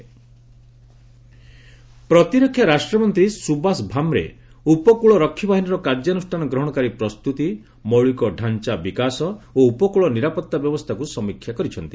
coast guard ଭାମ୍ବେ ପ୍ରତିରକ୍ଷା ରାଷ୍ଟ୍ରମନ୍ତ୍ରୀ ସୁବାସ ଭାମ୍ରେ ଉପକୂଳରକ୍ଷୀ ବାହିନୀର କାର୍ଯ୍ୟାନୁଷ୍ଠାନ ଗ୍ରହଣକାରୀ ପ୍ରସ୍ତୁତି ମୌଳିକ ଢାଞ୍ଚା ବିକାଶ ଓ ଉପକୂଳ ନିରାପତ୍ତା ବ୍ୟବସ୍ଥାକୁ ସମୀକ୍ଷା କରିଛନ୍ତି